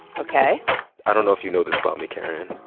ok i don't know if you know this about me, karen,